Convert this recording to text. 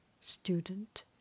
student